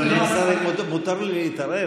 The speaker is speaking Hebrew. אבל אם מותר לי להתערב,